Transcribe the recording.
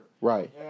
Right